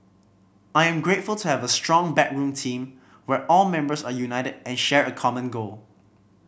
I am grateful to have a strong backroom team where all members are united and share a common goal